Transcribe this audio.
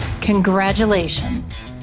Congratulations